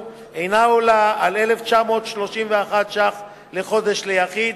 אינה עולה על 1,931 שקל לחודש ליחיד,